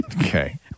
okay